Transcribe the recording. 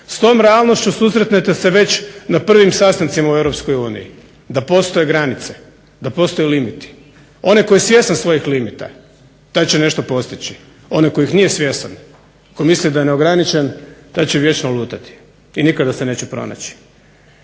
s tom realnošću susretnete se već na prvim sastancima u europskoj uniji, da postoje granice, da postoje limiti. Onaj tko je svjestan svojih limita taj će nešto postići, onaj koji ih nije svjestan, tko mislim da je neograničen taj će vječno lutati i nikada se neće pronaći.